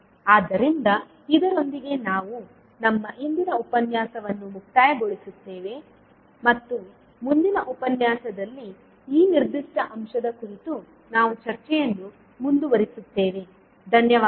ಆದ್ದರಿಂದ ಇದರೊಂದಿಗೆ ನಾವು ನಮ್ಮ ಇಂದಿನ ಉಪನ್ಯಾಸವನ್ನು ಮುಕ್ತಾಯ ಗೊಳಿಸುತ್ತೆವೆ ಮತ್ತು ಮುಂದಿನ ಉಪನ್ಯಾಸದಲ್ಲಿ ಈ ನಿರ್ದಿಷ್ಟ ಅಂಶದ ಕುರಿತು ನಮ್ಮ ಚರ್ಚೆಯನ್ನು ಮುಂದುವರಿಸುತ್ತೇವೆ ಧನ್ಯವಾದಗಳು